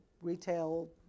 retail